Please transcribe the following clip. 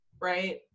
right